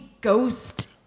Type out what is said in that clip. ghost